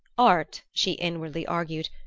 art, she inwardly argued,